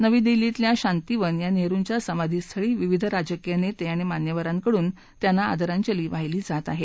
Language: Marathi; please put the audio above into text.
नवी दिल्लीतल्या शांतीवन या नेहरुंच्या समाधीस्थळी विविध राजकीय नेते आणि मान्यवरांकडून त्यांना आदरांजली वाहिली जात आहे